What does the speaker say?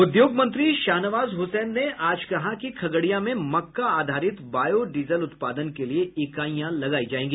उद्योग मंत्री शाहनवाज हुसैन ने आज कहा कि खगड़िया में मक्का आधारित बायो डीजल उत्पादन के लिये इकाईयां लगायी जायेंगी